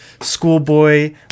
schoolboy